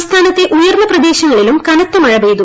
സംസ്ഥാനത്തെ ഉയർന്ന പ്രദേശങ്ങളിലും കനത്ത മഴ പെയ്തു